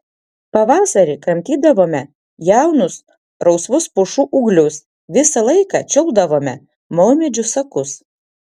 pavasarį kramtydavome jaunus rausvus pušų ūglius visą laiką čiulpdavome maumedžių sakus